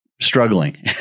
struggling